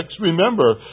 remember